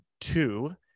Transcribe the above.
two